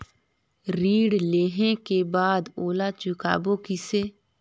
ऋण लेहें के बाद ओला चुकाबो किसे?